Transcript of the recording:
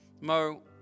Mo